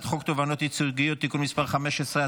חוק תובענות ייצוגיות (תיקון מס' 15),